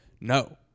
no